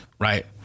Right